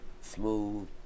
Smooth